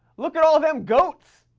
look at all them goats!